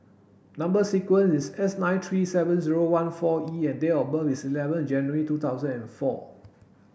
number sequence is S nine three seven zero one four E and date of birth is eleven January two thousand and four